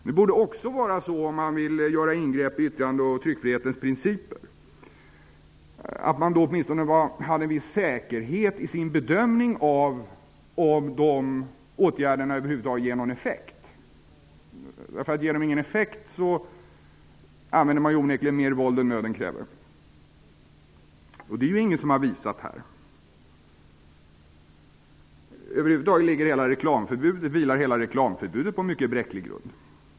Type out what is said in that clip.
Det borde också vara så, om man vill göra ingrepp i yttrande och tryckfrihetens principer, att man åtminstone hade en viss säkerhet i sin bedömning av om de åtgärderna över huvud taget ger någon effekt. Ger de ingen effekt använder man onekligen mer våld än nöden kräver. Det är ingen som har visat att de har effekt. Över huvud taget vilar hela reklamförbudet på en mycket bräcklig grund.